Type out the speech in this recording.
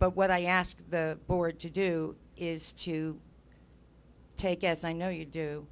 but what i ask the board to do is to take as i know you do